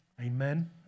Amen